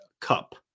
cup